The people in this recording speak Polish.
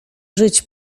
żyć